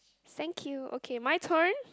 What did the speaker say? thank you okay my turn